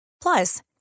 Plus